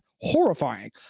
horrifying